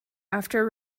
after